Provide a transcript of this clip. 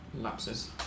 lapses